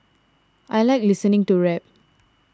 I like listening to rap